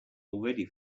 already